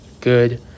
good